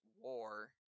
war